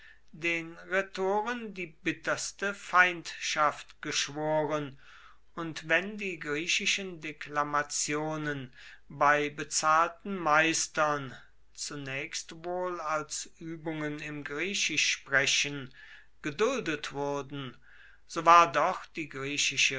den rhetoren die bitterste feindschaft geschworen und wenn die griechischen deklamationen bei bezahlten meistern zunächst wohl als übungen im griechischsprechen geduldet wurden so war doch die